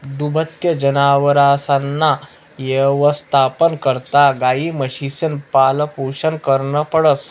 दुभत्या जनावरसना यवस्थापना करता गायी, म्हशीसनं पालनपोषण करनं पडस